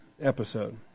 episode